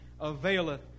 availeth